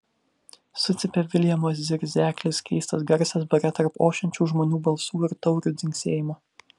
sucypė viljamo zirzeklis keistas garsas bare tarp ošiančių žmonių balsų ir taurių dzingsėjimo